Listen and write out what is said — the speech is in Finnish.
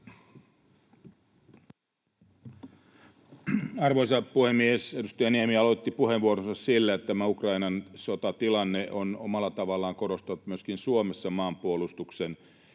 Arvoisa puhemies! Edustaja Niemi aloitti puheenvuoronsa sillä, että tämä Ukrainan sotatilanne on omalla tavallaan korostanut myöskin Suomessa maanpuolustuksen